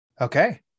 Okay